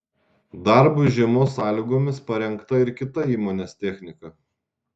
darbui žiemos sąlygomis parengta ir kita įmonės technika